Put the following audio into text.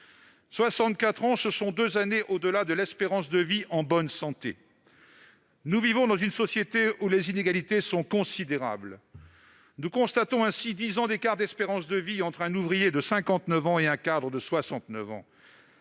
64 ans, ce sont deux années au-delà de l'espérance de vie en bonne santé. Nous vivons dans une société où les inégalités sont considérables. Nous constatons ainsi dix ans d'écart d'espérance de vie entre un ouvrier de 59 ans et un cadre de 69 ans.